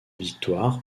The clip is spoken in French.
victoire